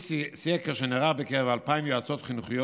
מסקר שנערך בקרב 2,000 יועצות חינוכיות